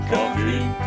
Coffee